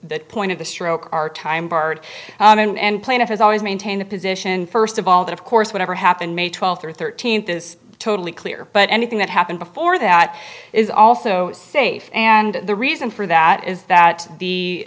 the point of the stroke are time barred and plaintiff has always maintained a position first of all that of course whatever happened may twelfth or thirteenth is totally clear but anything that happened before that is also safe and the reason for that is that the